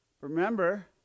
Remember